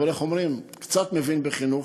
אבל איך אומרים, מבין קצת בחינוך.